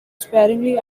sparingly